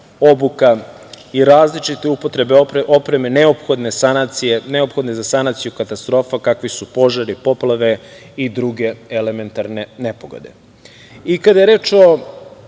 obuka i različite upotrebe opreme neophodne za sanaciju katastrofa kakvi su požari, poplave i druge elementarne nepogode. Kada je reč o